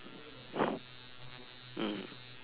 mm